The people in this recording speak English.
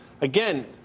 again